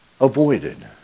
avoided